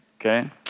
Okay